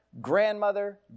grandmother